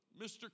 Mr